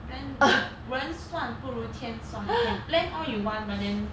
人人算不如天算 can plan all you want but then